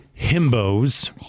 himbos